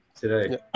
today